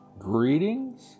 Greetings